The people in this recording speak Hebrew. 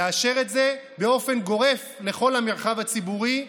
לאשר את זה באופן גורף לכל המרחב הציבורי,